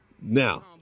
Now